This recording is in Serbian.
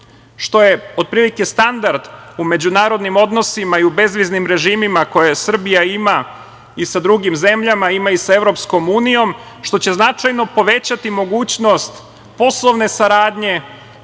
što je otprilike standard u međunarodnim odnosima i u bezviznom režimima, koje Srbija ima i sa drugim zemljama, ima i sa EU, što će značajno povećati mogućnost poslovne saradnje,